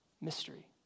mystery